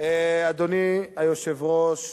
אדוני היושב-ראש,